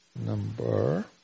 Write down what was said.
number